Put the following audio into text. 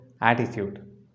attitude